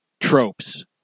tropes